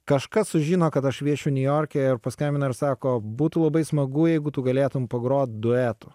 kažkas sužino kad aš viešiu niujorke ir paskambina ir sako būtų labai smagu jeigu tu galėtum pagrot duetu